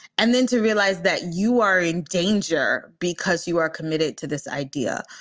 and then to realize that you are in danger because you are committed to this idea.